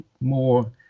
more